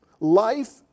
Life